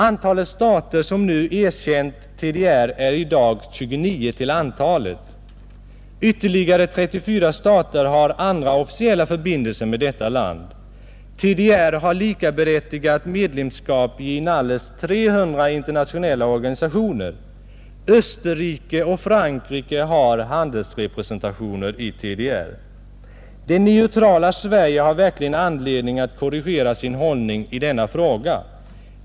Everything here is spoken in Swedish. Antalet stater som erkänt TDR är i dag 29. Ytterligare 34 stater har andra officiella förbindelser med detta land. TDR har likaberättigat medlemskap i inalles 300 internationella organisationer. Österrike och Frankrike har handelsrepresentationer i TDR. Det neutrala Sverige har verkligen anledning att korrigera sin hållning i denna fråga.